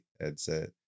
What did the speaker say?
headset